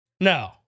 No